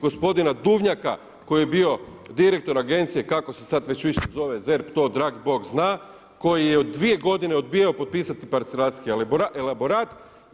Gospodina Duvnjaka koji je bio direktor agencije kako se sad već više zove ZERP to dragi bog zna, koji je u dvije godine odbijao potpisao potpisati parcelacijski elaborat.